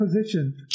position